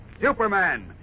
Superman